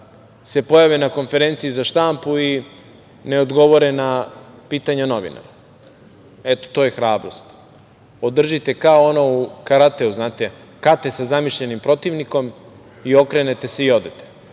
se pojave na konferenciji za štampu i ne odgovore na pitanja novinara. Eto, to je hrabrost. Održite kao ono u karateu, znate kate sa zamišljenim protivnikom i okrenete se i